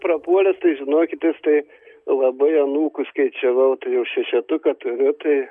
prapuolęs tai žinokitės tai labai anūkus skaičiavau tai jau šešetuką turiu tai